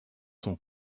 son